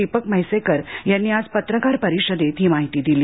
दीपक म्हैसेकर यांनी आज पत्रकार परिषदेत ही माहिती दिली